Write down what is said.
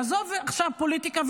עזוב עכשיו פוליטיקה,